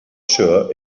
sure